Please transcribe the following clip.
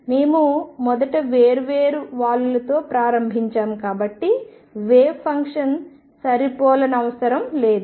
మేము మొదట వేర్వేరు వాలులతో ప్రారంభించాము కాబట్టి వేవ్ ఫంక్షన్ సరిపోలనవసరం లేదు